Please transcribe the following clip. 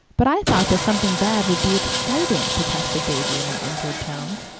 but i thought the something bad would be exciting, protested davy in an injured tone.